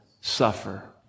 suffer